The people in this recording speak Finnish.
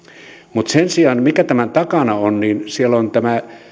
mutta sen sijaan mikä tämän takana on niin siellä on tämä